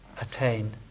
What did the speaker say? attain